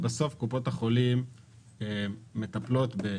99% מהחולים שקופות החולים מטפלות בהם,